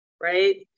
right